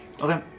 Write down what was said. Okay